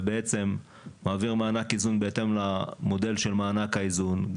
ובעצם מעביר מענק איזון בהתאם למודל של מענק האיזון,